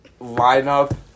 lineup